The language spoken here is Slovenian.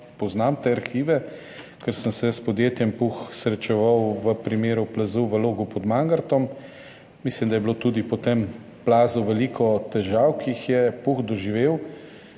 poznam te arhive, ker sem se s podjetjem Puh srečeval v primeru plazu v Logu pod Mangartom. Mislim, da je bilo tudi po tem plazu veliko težav, ki jih je Puh doživel,